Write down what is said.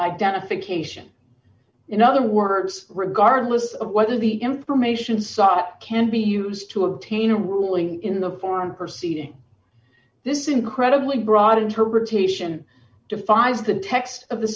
identification in other words regardless of whether the information sought can be used to obtain a ruling in the form proceed this incredibly broad interpretation defies the text of the